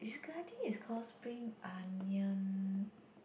is it I think it's called spring onion